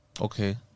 Okay